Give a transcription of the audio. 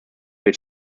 wird